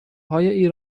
های